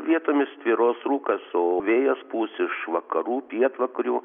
vietomis tvyros rūkas o vėjas pūs iš vakarų pietvakarių